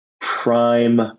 prime